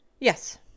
Yes